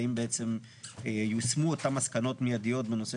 האם יושמו אותן מסקנות מיידיות בנושא